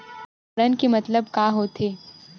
उपकरण के मतलब का होथे?